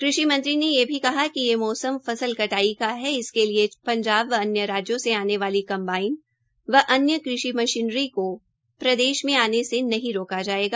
कृषि मंत्री ने यह भी कहा कि यह मौसम फसल कटाई का है इसके लिए पंजाब व अन्य राज्यों से आने वाली कंबाइन व अन्य कृषि मशीनरी को प्रदेश में आने से नहीं रोका जाएगा